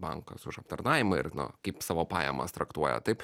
bankas už aptarnavimą ir nu kaip savo pajamas traktuoja taip